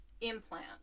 implant